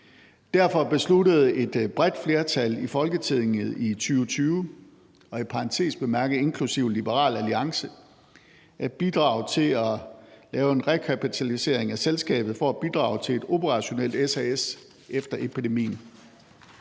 Derfor besluttede et bredt flertal i Folketinget i 2020 – i parentes bemærket inklusive Liberal Alliance – at bidrage til at lave en rekapitalisering af selskabet for at bidrage til et operationelt SAS efter epidemien.